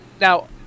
now